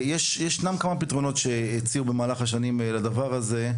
ישנם כמה פתרונות שהציעו במהלך השנים על מנת לטפל בדבר הזה,